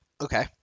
Okay